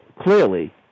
clearly